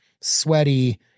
sweaty